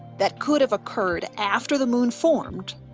that could have occurred after the moon formed,